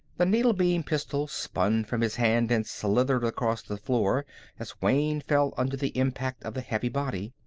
the needle-beam pistol spun from his hand and slithered across the floor as wayne fell under the impact of the heavy body.